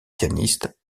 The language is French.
pianiste